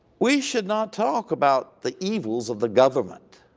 we should not talk about the evils of the government.